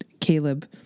Caleb